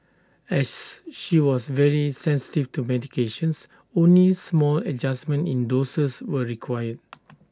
as she was very sensitive to medications only small adjustments in doses were required